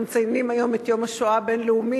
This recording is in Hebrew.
אנחנו מציינים היום את יום השואה הבין-לאומי,